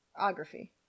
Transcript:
Ography